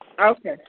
Okay